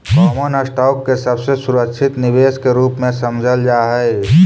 common stock के सबसे सुरक्षित निवेश के रूप में समझल जा हई